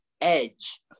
Edge